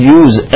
use